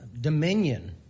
dominion